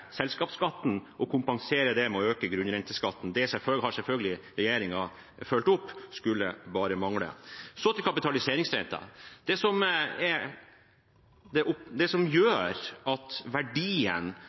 selskapsskatten og kompensere ved å øke grunnrenteskatten. Det har selvfølgelig regjeringen fulgt opp, det skulle bare mangle. Så til kapitaliseringsrenten. Det som gjør at verdien på disse kraftselskapene går ned, er